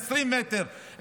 20 מטר,